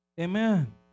Amen